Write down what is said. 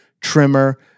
trimmer